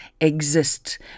exist